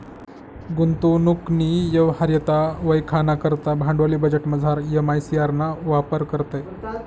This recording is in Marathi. गुंतवणूकनी यवहार्यता वयखाना करता भांडवली बजेटमझार एम.आय.सी.आर ना वापर करतंस